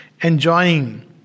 enjoying